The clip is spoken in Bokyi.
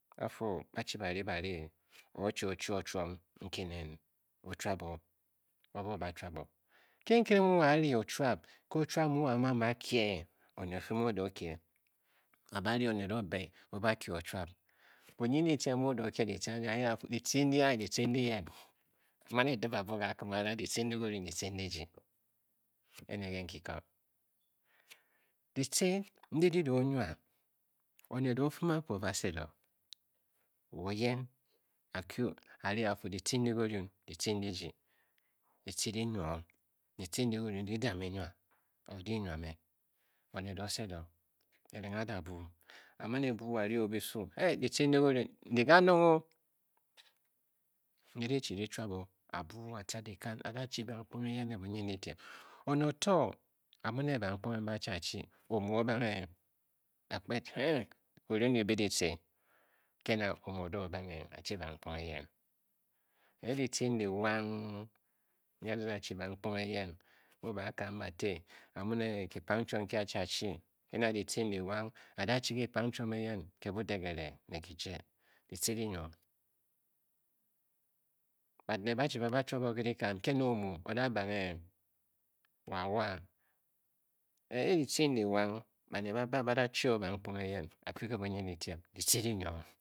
A fu u ba chi ba riji ba re e or o chi ochi a chiom nki nen o chuab o, obua o ba chuab o ke nke mu wo a a-rii o chuab ke ochuab me wo a mu a mu-a kiw oned o fii mu o-da o kye a ba-rii oned oo-be o-ba kye ochuab, bunyindyitiem bu bu da o kye ditce andi anyid a fu ditce ndi yen, a man e dib abuo ka kim a ra, ditce ndi dirun ditce ndi jyi, enw nke nki ko. Ditce ndi di da o nwa, oned o o fum akwu o ba sed o wo a kyu a rii a fu, ditce ndi dirun ditce ndi dirun di da me e nwa, or ditce di nwa me oned o sed o. kirenghe a da buu. A man e buu a rii obisu, ey ditce ndi dirun ndi kanong o, ndi di chi di chuab a a buu a tca dikan a da chi bankponge eyen nw bunyindyitiem, oned o t, a mu ne bankponghe m be a chi a chi, omu o o banghe, a kped henn, kirun dibě, ke na omu o o-da o banghe a chi bankponghe eyen a ditce ndi waang ndi a da da chi bankponghe eyen mbe ba kam ba ti, a mu ne ki pang chiom nki a chi achi ke na ditce ndi wang, a da chi kipang chion eyen, ke budege-re ne kije, ditce dinwa o. Baned ba chi ba ba chuab o ke dikan, ke na omu, wo a waa e-e ditce ndi waang baned ba ba ba-da chuo bankponghe eyen a-kyu ke bunyindyitiem, ditce di nwa o.